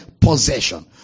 possession